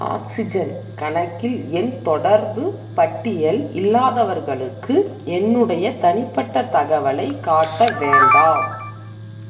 oxygen கணக்கில் என் தொடர்புப் பட்டியல் இல்லாதவர்களுக்கு என்னுடைய தனிப்பட்ட தகவலைக் காட்ட வேண்டாம்